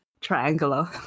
triangular